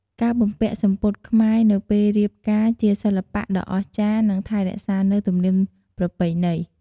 ការបំពាក់សំពត់ខ្មែរនៅពេលរៀបការជាសិល្បៈដ៏អស្ចារ្យនិងថែរក្សានៅទំនៀមប្រពៃណី។